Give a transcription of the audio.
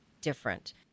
different